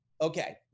Okay